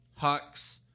Hux